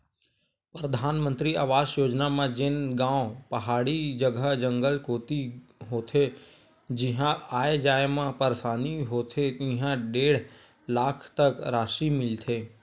परधानमंतरी आवास योजना म जेन गाँव पहाड़ी जघा, जंगल कोती होथे जिहां आए जाए म परसानी होथे तिहां डेढ़ लाख तक रासि मिलथे